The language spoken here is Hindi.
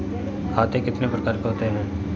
खाते कितने प्रकार के होते हैं?